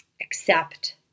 accept